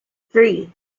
three